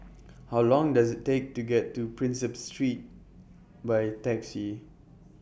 How Long Does IT Take to get to Prinsep Street By Taxi